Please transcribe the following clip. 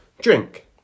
drink